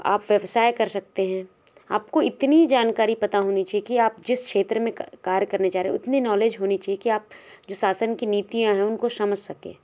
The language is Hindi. आप व्यवसाय कर सकते हैं आपको इतनी जानकारी पता होनी चाहिए कि आप जिस क्षेत्र में कार्य करने जा रहे हो उतनी नॉलेज होनी चाहिए कि आप जो शासन की नीतियाँ हैं उनको समझ सकें